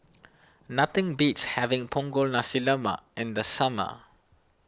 nothing beats having Punggol Nasi Lemak in the summer